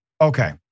Okay